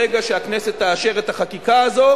ברגע שהכנסת תאשר את החקיקה הזו,